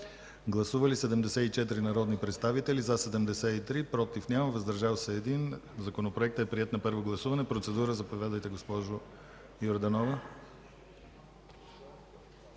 Гласували 74 народни представители: за 73, против няма, въздържал се 1. Законопроектът е приет на първо гласуване. Заповядайте за процедура, госпожо Йорданова.